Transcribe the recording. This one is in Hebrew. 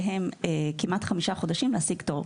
שהם כמעט חמישה חודשים להשיג תור.